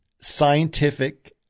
scientific –